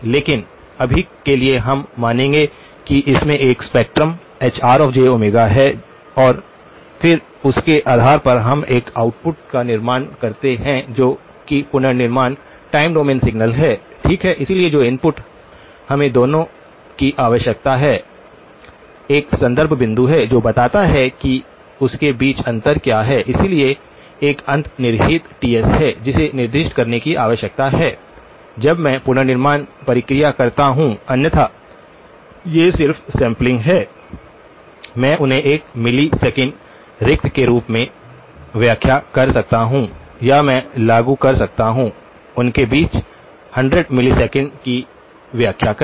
लेकिन अभी के लिए हम मानेंगे कि इसमें एक स्पेक्ट्रम HrjΩ है और फिर उसके आधार पर हम एक आउटपुट का निर्माण करते हैं जो कि पुनर्निर्मित टाइम डोमेन सिग्नल है ठीक है इसलिए जो इनपुट हमें देने की आवश्यकता है एक संदर्भ बिंदु है जो बताता है कि उसके बीच अंतर क्या है इसलिए एक अंतर्निहित Ts है जिसे निर्दिष्ट करने की आवश्यकता है जब मैं पुनर्निर्माण प्रक्रिया करता हूं अन्यथा ये सिर्फ सैंपलिंग हैं मैं उन्हें एक मिलीसेकंड रिक्ति के रूप में व्याख्या कर सकता हूं या मैं लागू कर सकता हूं उनके बीच 100 मिलीसेकंड की व्याख्या करें